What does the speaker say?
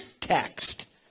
text